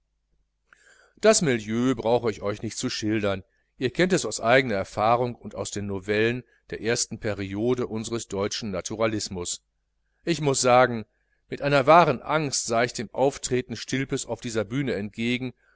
das milieu brauche ich euch nicht zu schildern ihr kennt es aus eigener erfahrung und aus den novellen der ersten periode unsres deutschen naturalismus ich muß sagen mit einer wahren angst sah ich dem auftreten stilpes auf dieser bühne entgegen